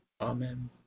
amen